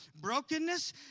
Brokenness